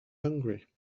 hungry